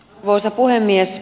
arvoisa puhemies